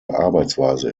arbeitsweise